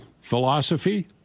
philosophy